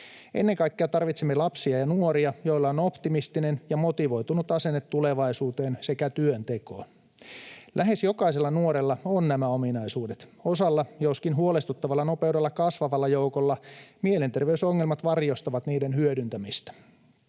Ennen kaikkea tarvitsemme lapsia ja nuoria, joilla on optimistinen ja motivoitunut asenne tulevaisuuteen, sekä työntekoa. Lähes jokaisella nuorella on nämä ominaisuudet. Osalla, joskin huolestuttavalla nopeudella kasvavalla joukolla, mielenterveysongelmat varjostavat niiden hyödyntämistä.